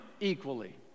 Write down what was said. equally